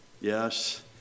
Yes